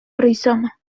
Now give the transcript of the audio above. rizoma